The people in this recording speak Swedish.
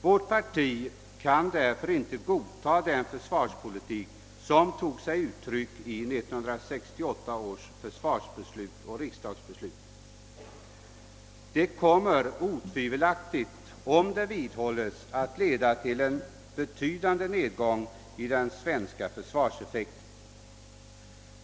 Vårt parti kan därför inte godta den försvarspolitik som tog sig uttryck i 1968 års riksdags försvarsbeslut. Detta kommer otvivelaktigt om det vidhålles att leda till en betydande nedgång i den svenska försvarseffekten.